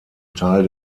teil